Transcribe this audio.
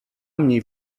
mnie